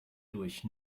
durch